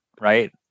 right